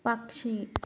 పక్షి